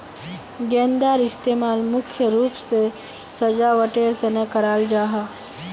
गेंदार इस्तेमाल मुख्य रूप से सजावटेर तने कराल जाहा